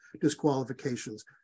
disqualifications